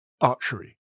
Archery